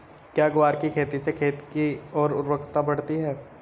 क्या ग्वार की खेती से खेत की ओर उर्वरकता बढ़ती है?